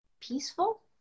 peaceful